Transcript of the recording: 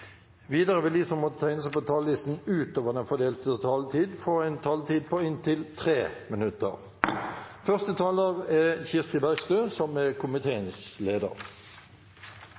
Videre vil de som måtte tegne seg på talerlisten utover den fordelte taletid, få en taletid på inntil 3 minutter.